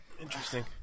Interesting